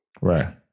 Right